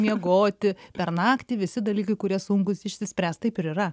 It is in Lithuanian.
miegoti per naktį visi dalykai kurie sunkūs išsispręs taip ir yra